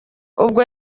ubwo